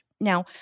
Now